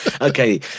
Okay